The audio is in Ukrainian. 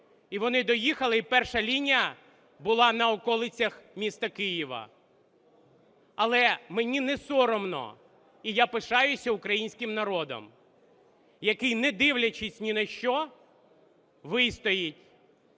і вони доїхали, і перша лінія була на околицях міста Києва. Але мені не соромно і я пишаюся українським народом, який не дивлячись ні на що, вистоїть,